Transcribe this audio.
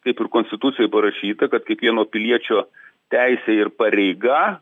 kaip ir konstitucijoj parašyta kad kiekvieno piliečio teisė ir pareiga